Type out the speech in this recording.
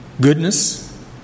goodness